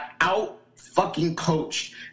out-fucking-coached